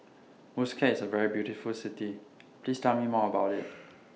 Muscat IS A very beautiful City Please Tell Me More about IT